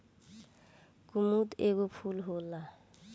कुमुद एगो फूल होला